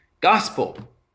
gospel